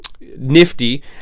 nifty